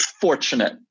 fortunate